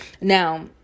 now